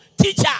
teacher